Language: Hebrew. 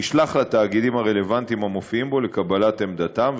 נשלח לתאגידים הרלוונטיים המופיעים בו לקבלת עמדתם.